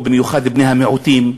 במיוחד בני המיעוטים,